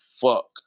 fuck